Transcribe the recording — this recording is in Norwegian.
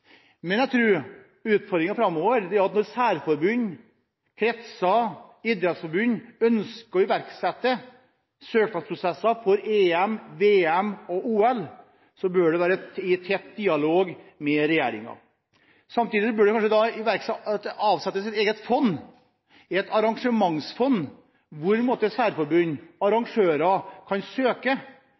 Men utfordringen framover er at når særforbund, kretser og idrettsforbund ønsker å iverksette søknadsprosesser for EM, VM og OL, bør det skje i tett dialog med regjeringen. Samtidig bør det kanskje avsettes et eget fond, et arrangementsfond, hvor særforbund og arrangører kan søke,